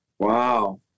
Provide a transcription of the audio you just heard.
Wow